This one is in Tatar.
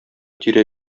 тирә